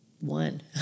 one